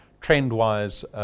trend-wise